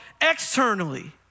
externally